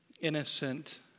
innocent